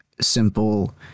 simple